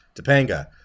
Topanga